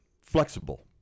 flexible